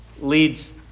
leads